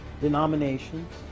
denominations